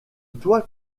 toit